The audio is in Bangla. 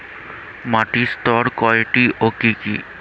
মাটির স্তর কয়টি ও কি কি?